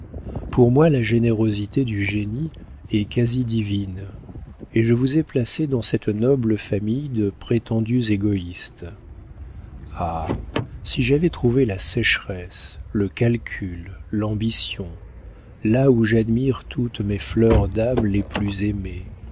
pour moi la générosité du génie est quasi divine et je vous ai placé dans cette noble famille de prétendus égoïstes ah si j'avais trouvé la sécheresse le calcul l'ambition là où j'admire toutes mes fleurs d'âme les plus aimées